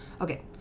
Okay